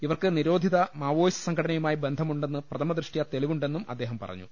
ഇവർക്ക് നിരോധിത മാവോയിസ്റ്റ് സംഘടനയുമായി ബന്ധമുണ്ടെന്ന് പ്രഥമദൃഷ്ട്യാതെളിവു ണ്ടെന്നും അദ്ദേഹം പറഞ്ഞു